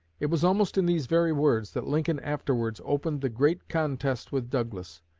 it was almost in these very words that lincoln afterwards opened the great contest with douglas.